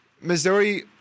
Missouri